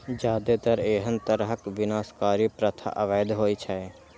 जादेतर एहन तरहक विनाशकारी प्रथा अवैध होइ छै